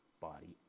body